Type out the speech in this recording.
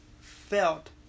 felt